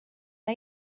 are